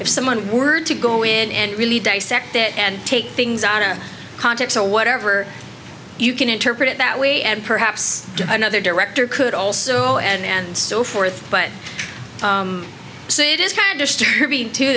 if someone were to go in and really dissect it and take things out of context or whatever you can interpret it that way and perhaps another director could also and so forth but so it is kind of disturbing to